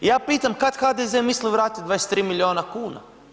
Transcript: Ja pitam kad HDZ misli vratiti 23 miliona kuna?